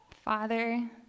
Father